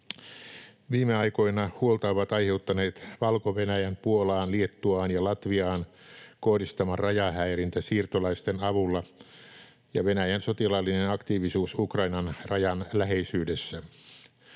Viime aikoina huolta ovat aiheuttaneet Valko-Venäjän Puolaan, Liettuaan ja Latviaan kohdistama rajahäirintä siirtolaisten avulla ja Venäjän sotilaallinen aktiivisuus Ukrainan rajan läheisyydessä.